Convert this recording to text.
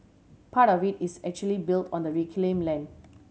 part of it is actually built on the reclaim land